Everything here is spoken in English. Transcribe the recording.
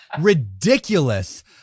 ridiculous